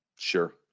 Sure